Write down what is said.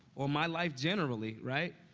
or my life generally, right,